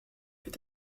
peut